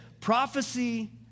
prophecy